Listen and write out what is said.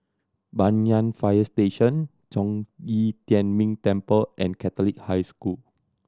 Banyan Fire Station Zhong Yi Tian Ming Temple and Catholic High School